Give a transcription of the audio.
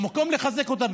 במקום לחזק אותה,